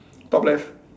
top left